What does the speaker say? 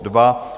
2.